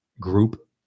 group